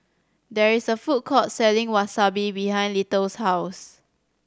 there is a food court selling Wasabi behind Little's house